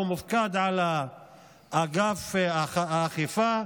הוא מופקד על אגף האכיפה.